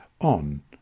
on